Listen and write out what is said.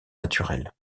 naturelle